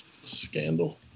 scandal